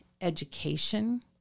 education